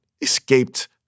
escaped